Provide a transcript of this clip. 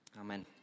Amen